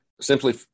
simply